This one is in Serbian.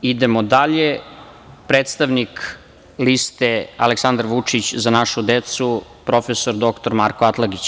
Sledeći je predstavnik liste Aleksandar Vučić – Za našu decu, prof. dr Marko Atlagić.